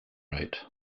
rate